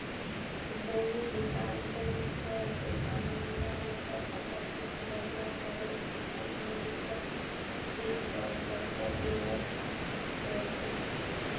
भूमि बिकास बेंक ह किसान मन ल ओखर संपत्ति के बदला सरल किसम ले बिकट दिन बर करजा देवत रिहिस